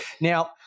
Now